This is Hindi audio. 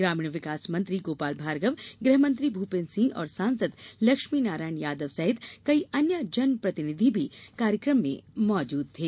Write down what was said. ग्रामीण विकास मंत्री गोपाल भार्गव गृहमंत्री भूपेन्द्र सिंह और सांसद लक्ष्मी नारायण यादव सहित कई अन्य जनप्रतिनिधि भी कार्यक्रम में मौजूद थे